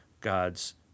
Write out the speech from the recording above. God's